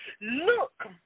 Look